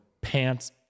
pants